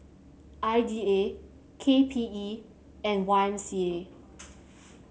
I D A K P E and Y M C A